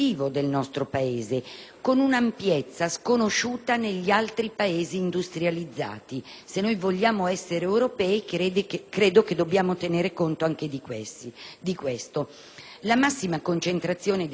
con un'ampiezza sconosciuta negli altri Paesi industrializzati. Se vogliamo essere europei dobbiamo tenere conto anche di questo. La massima concentrazione di lavoratori immigrati,